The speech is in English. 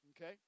Okay